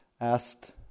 asked